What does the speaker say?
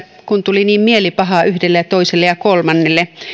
kun tuli niin mielipahaa yhdelle ja toiselle ja kolmannelle